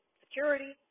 security